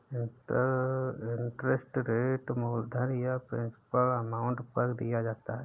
interest rate मूलधन या principal amount पर दिया जाता है